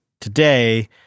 Today